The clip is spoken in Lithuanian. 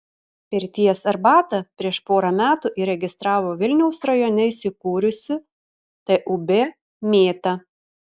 pirties arbatą prieš porą metų įregistravo vilniaus rajone įsikūrusi tūb mėta